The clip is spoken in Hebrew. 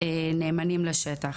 נאמנים לשטח.